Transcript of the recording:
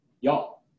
Y'all